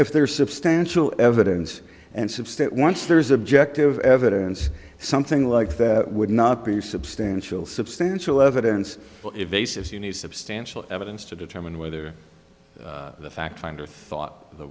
if there's substantial evidence and some state once there's objective evidence something like that would not be substantial substantial evidence base if you need substantial evidence to determine whether the fact finder thought the